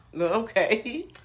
okay